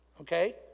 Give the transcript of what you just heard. Okay